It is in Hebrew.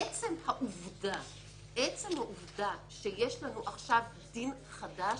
עצם העובדה שיש לנו עכשיו דין חדש